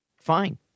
fine